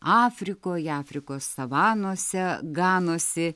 afrikoje afrikos savanose ganosi